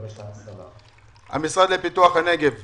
שנת 2021. המשרד לפיתוח הנגב והגליל,